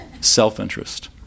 Self-interest